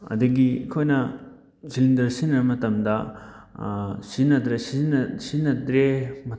ꯑꯗꯒꯤ ꯑꯩꯈꯣꯏꯅ ꯁꯤꯂꯤꯟꯗꯔ ꯁꯤꯖꯤꯟꯅꯕ ꯃꯇꯝꯗ ꯁꯤꯖꯤꯟꯅꯗ꯭ꯔꯦ ꯁꯤꯖꯤꯟꯅꯗ꯭ꯔꯦ